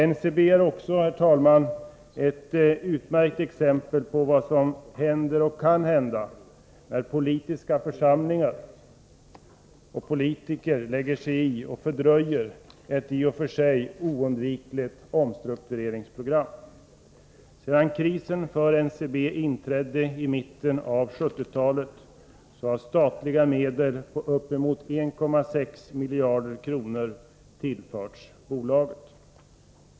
NCB är också, herr talman, ett utmärkt exempel på vad som händer och kan hända när politiker och politiska församlingar lägger sig i och fördröjer ett i och för sig oundvikligt omstruktureringsprogram. Sedan krisen för NCB inträdde i mitten av 1970-talet har statliga medel på uppemot 1,6 miljarder kronor tillförts bolaget.